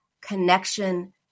connection